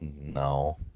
no